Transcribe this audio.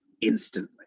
instantly